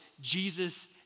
Jesus